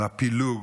על הפילוג,